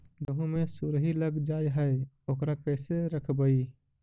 गेहू मे सुरही लग जाय है ओकरा कैसे रखबइ?